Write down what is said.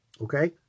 Okay